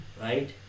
right